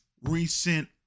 recent